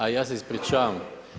A ja se ispričavam.